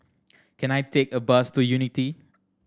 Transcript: can I take a bus to Unity